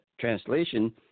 translation